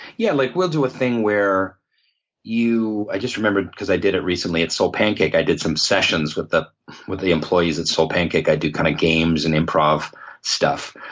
yeah, like we'll do a thing where you i just remembered because i did this recently at soulpancake. i did some sessions with the with the employees at soulpancake. i do kind of games and improv stuff,